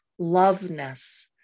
loveness